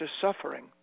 suffering